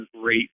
great